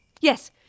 Yes